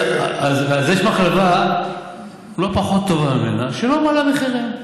יש מחלבה לא פחות טובה ממנה שלא מעלה מחירים.